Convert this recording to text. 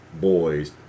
boys